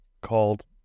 called